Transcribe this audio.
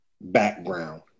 background